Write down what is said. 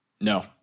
No